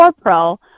Pro